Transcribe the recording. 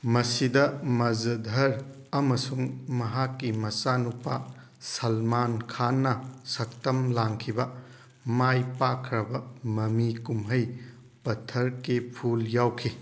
ꯃꯁꯤꯗ ꯃꯖꯙꯔ ꯑꯃꯁꯨꯡ ꯃꯍꯥꯛꯀꯤ ꯃꯆꯥꯅꯨꯄꯥ ꯁꯜꯃꯥꯟ ꯈꯥꯟꯅ ꯁꯛꯇꯝ ꯂꯥꯡꯈꯤꯕ ꯃꯥꯏ ꯄꯥꯛꯈ꯭ꯔꯕ ꯃꯃꯤ ꯀꯨꯝꯍꯩ ꯄꯊꯔ ꯀꯤ ꯐꯨꯜ ꯌꯥꯎꯈꯤ